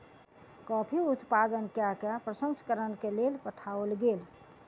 coffee उत्पादन कय के प्रसंस्करण के लेल पठाओल गेल